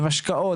עם השקעות,